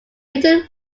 written